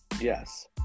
Yes